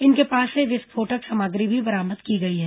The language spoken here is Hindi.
इनके पास से विस्फोटक सामग्री भी बरामद की गई है